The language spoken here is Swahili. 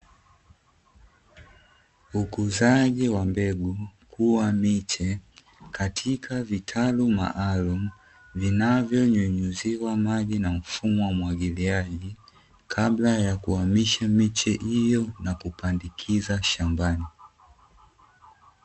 Ukuzaji wa mbegu kuwa miche katika vitalu maalum vinavyonyunyuziwa maji na mfumo wa umwagiliaji kabla ya kuhamisha miche hiyo na kupandikiza shambani.